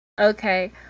Okay